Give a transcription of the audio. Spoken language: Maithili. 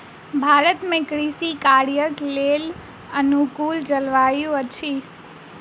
भारत में कृषि कार्यक लेल अनुकूल जलवायु अछि